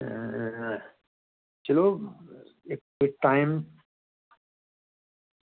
चलो टाइम